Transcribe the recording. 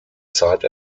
zeit